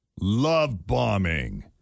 Love-bombing